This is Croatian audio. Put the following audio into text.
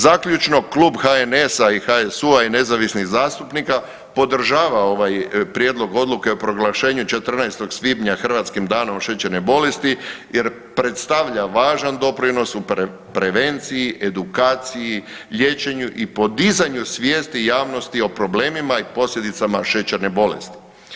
Zaključno Klub HNS-a i HSU-a i nezavisnih zastupnika podržava ovaj prijedlog odluke o proglašenju 14. svibnja Hrvatskim danom šećerne bolesti jer predstavlja važan doprinos u prevenciji, edukaciji, liječenju i podizanju svijesti javnosti o problemima i posljedicama šećerne bolesti.